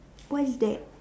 what is that